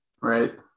right